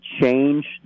change